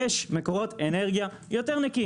יש מקורות אנרגיה יותר נקיים.